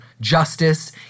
justice